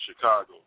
Chicago